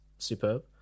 Superb